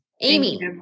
Amy